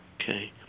Okay